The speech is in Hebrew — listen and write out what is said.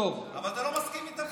אז אתה לא מסכים איתם?